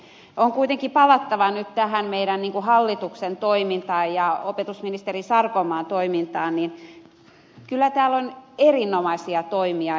on kuitenkin palattava nyt tähän hallituksen ja opetusministeri sarkomaan toimintaan niin kyllä täällä on erinomaisia toimia